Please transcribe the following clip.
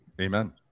Amen